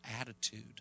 attitude